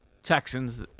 Texans